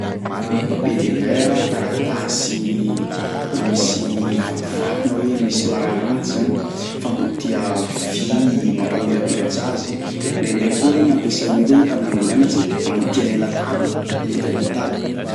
Papier de vert a, taratasy misy vatovato na hoe misy maragniragnitsy zany, famotià vy mampamirapiratsy azy, indraindraiky koa regny ampiasainay koa zao tamin'izahay mbô nianatry hamotianay la table, hamotianay table.